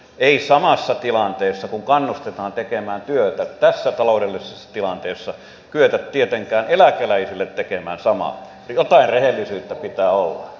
ei samassa tilanteessa kun kannustetaan tekemään työtä tässä taloudellisessa tilanteessa kyetä tietenkään eläkeläisille tekemään samaa jotain rehellisyyttä pitää olla